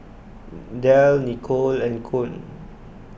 Delle Nicolle and Koen